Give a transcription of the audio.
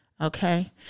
Okay